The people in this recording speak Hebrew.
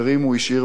איזו רוח,